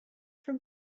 from